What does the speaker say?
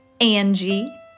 Angie